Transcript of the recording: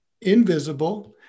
invisible